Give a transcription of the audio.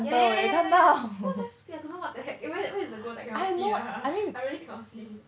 yeah yeah yeah yeah yeah what th~ I don't know what the heck eh wh~ where is the ghost I cannot see hahaha I really cannot see